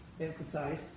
emphasize